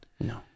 No